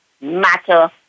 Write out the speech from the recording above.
matter